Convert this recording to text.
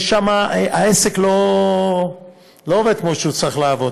יש שם, העסק לא עובד כמו שהוא צריך לעבוד.